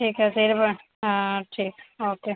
ঠিক আছে এরবার হ্যাঁ ঠিক ওকে